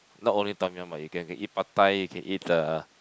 not only Tom-Yum but you can can eat Pad-Thai you can eat the